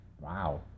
Wow